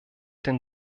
den